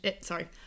Sorry